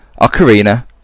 ocarina